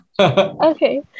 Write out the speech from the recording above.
Okay